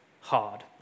hard